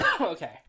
Okay